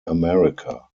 america